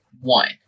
One